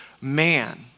man